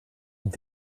und